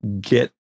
get